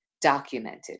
documented